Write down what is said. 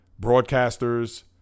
broadcasters